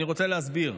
אני רוצה להסביר.